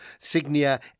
Signia